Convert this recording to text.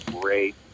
great